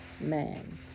man